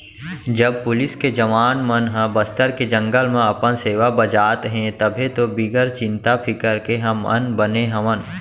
जब पुलिस के जवान मन ह बस्तर के जंगल म अपन सेवा बजात हें तभे तो बिगर चिंता फिकर के हमन बने हवन